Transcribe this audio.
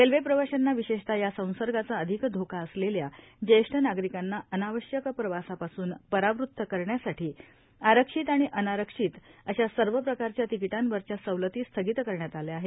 railway प्रवाशांना विशेषतः यासंसर्गाचा अधिक धोका असलेल्या ज्येष्ठ नागरिकांना अनावश्यक प्रवासापासून परावृत करण्यासाठी आरक्षित आणि अनारक्षित अशा सर्व प्रकारच्या तिकिटांवरच्या सवलती स्थगित करण्यात आल्या आहेत